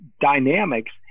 dynamics